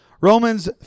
Romans